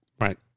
right